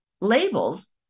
labels